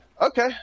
Okay